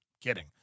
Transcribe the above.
Kidding